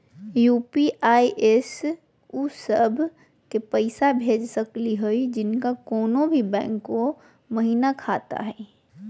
UPI स उ सब क पैसा भेज सकली हई जिनका कोनो भी बैंको महिना खाता हई?